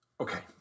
Okay